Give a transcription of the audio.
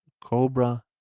Cobra